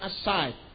aside